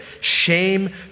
shame